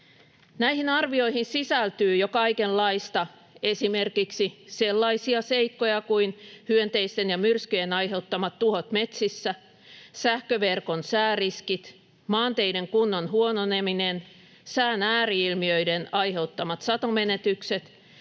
Näihin arvioihin sisältyy jo kaikenlaista, esimerkiksi sellaisia seikkoja kuin hyönteisten ja myrskyjen aiheuttamat tuhot metsissä, sähköverkon sääriskit, maanteiden kunnon huononeminen, sään ääri-ilmiöiden aiheuttamat satomenetykset,